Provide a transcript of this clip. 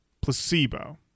placebo